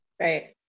Right